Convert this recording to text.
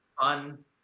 fun